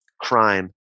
crime